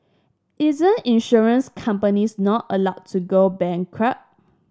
isn't insurance companies not allowed to go bankrupt